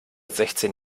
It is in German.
sechzehn